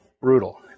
brutal